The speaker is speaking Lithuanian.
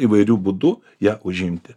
įvairiu būdu ją užimti